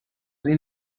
این